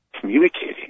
communicating